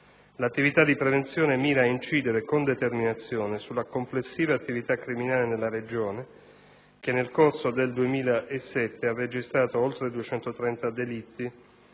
L'attività di prevenzione mira ad incidere con determinazione sulla complessiva attività criminale nella Regione, che nel corso del 2007 ha registrato oltre 230.000 delitti,